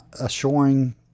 assuring